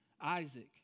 Isaac